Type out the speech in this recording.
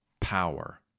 power